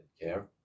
care